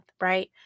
right